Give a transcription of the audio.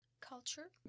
Culture